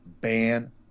ban